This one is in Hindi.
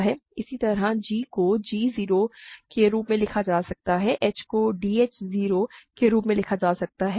इसी तरह g को g 0 के रूप में लिखा जा सकता है h को d h 0 के रूप में लिखा जा सकता है